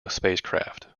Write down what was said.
spacecraft